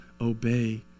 obey